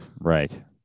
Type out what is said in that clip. right